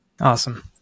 Awesome